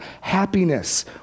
happiness